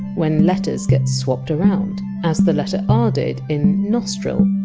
when letters get swapped around. as the letter r did in! nostril,